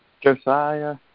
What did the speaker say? Josiah